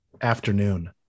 afternoon